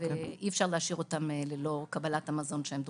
ואי אפשר להשאיר אותם ללא קבלת המזון שהם דורשים.